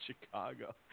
Chicago